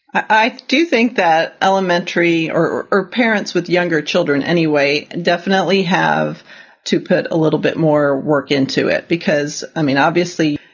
i do think that elementary or or parents with younger children anyway, definitely have to put a little bit more work into it because, i mean, obviously,